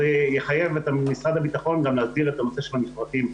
זה יחייב את משרד הביטחון להסדיר את הנושא של המפרטים,